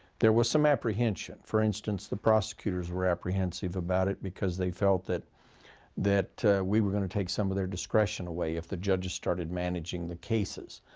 there was some apprehension. for instance, the prosecutors were apprehensive about it because they felt that that we were going to take some of their discretion away if the judges started managing the cases.